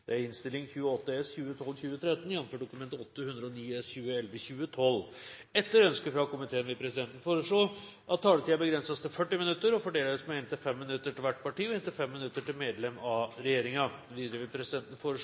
utslippene. Er det fremtidsrettet? Flere har ikke bedt om ordet til sak nr. 3. Etter ønske fra finanskomiteen vil presidenten foreslå at taletiden begrenses til 40 minutter og fordeles med inntil 5 minutter til hvert parti og inntil 5 minutter til medlem av regjeringen. Videre vil presidenten foreslå